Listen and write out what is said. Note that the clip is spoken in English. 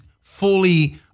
fully